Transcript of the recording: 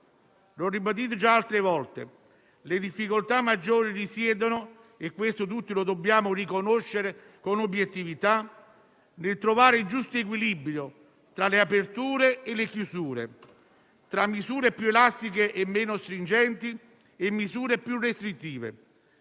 L'ho ribadito già altre volte: le difficoltà maggiori risiedono, come tutti dobbiamo riconoscere con obiettività, nel trovare il giusto equilibrio tra le aperture e le chiusure, tra misure più elastiche e meno stringenti e misure più restrittive,